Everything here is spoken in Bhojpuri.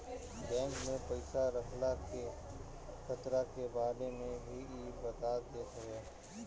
बैंक में पईसा रखला के खतरा के बारे में भी इ बता देत हवे